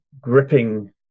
gripping